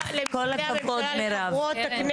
0 אושר הצבעה על הצעות החוק של חברי הכנסת